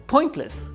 Pointless